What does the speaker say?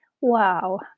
Wow